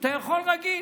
אתה יכול רגיל.